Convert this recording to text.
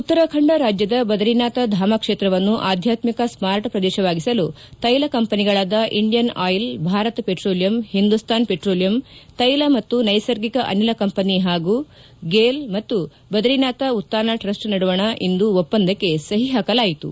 ಉತ್ತರಾಖಂಡ ರಾಜ್ಯದ ಬದರೀನಾಥ ಧಾಮ ಕ್ಷೇತ್ರವನ್ನು ಆಧ್ಯಾತ್ಮಿಕ ಸ್ಮಾರ್ಟ್ ಪ್ರದೇಶವಾಗಿಸಲು ತೈಲ ಕಂಪನಿಗಳಾದ Indian Oil Bharat Petroleum Hindustan Petroleum ತೈಲ ಮತ್ತು ನೈಸರ್ಗಿಕ ಅನಿಲ ಕಂಪನಿ ಹಾಗೂ ಗೇಲ್ ಹಾಗೂ ಬದರೀನಾಥ ಉತ್ಹಾನ ಟ್ರಸ್ಟ್ ನಡುವಣ ಇಂದು ಒಪ್ಪಂದಕ್ಕೆ ಸಹಿ ಹಾಕಲಾಯಿತು